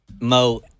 Mo